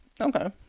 Okay